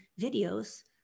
videos